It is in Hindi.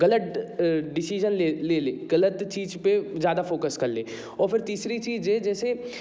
गलत डिसीजन डिसीजन ले ले गलत चीज पे ज़्यादा फोकस कर ले और फिर तीसरी चीज है जैसे